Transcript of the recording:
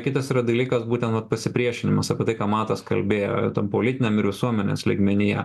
kitas yra dalykas būtent vat pasipriešinimas apie tai ką matas kalbėjo ten politiniam ir visuomenės lygmenyje